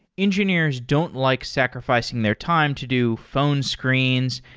engineers don't like sacrifi cing their time to do phone screens,